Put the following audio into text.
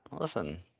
Listen